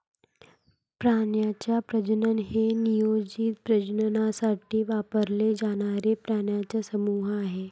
प्राण्यांचे प्रजनन हे नियोजित प्रजननासाठी वापरले जाणारे प्राण्यांचे समूह आहे